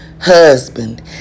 Husband